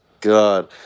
god